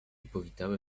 powitały